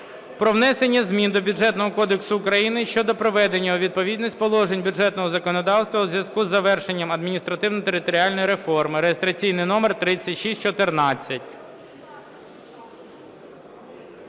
про внесення змін до Бюджетного кодексу України щодо приведення у відповідність положень бюджетного законодавства у зв’язку із завершенням адміністративно-територіальної реформи (реєстраційний номер 3614).